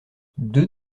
deux